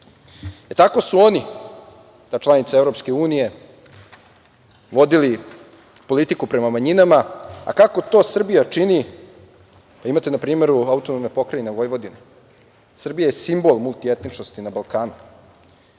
su oni, ta članica EU vodili politiku prema manjinama, a kako to Srbija čini, imate na primeru AP Vojvodine, Srbija je simbol multietničnosti na Balkanu.